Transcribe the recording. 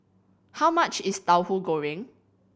how much is Tauhu Goreng